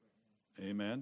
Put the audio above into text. Amen